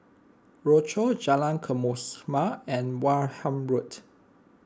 Rochor Jalan and Wareham Road